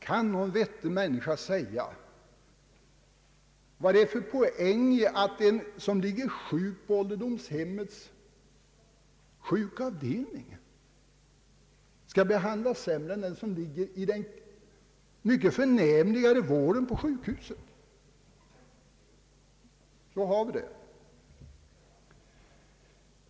Kan någon vettig människa säga vad det är för poäng i att en som ligger sjuk på ålderdomshemmets sjukavdelning skall behandlas sämre än den som får åtnjuta den mycket förnämligare vården på sjukhusen? Så har vi det nu.